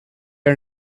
are